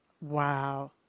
Wow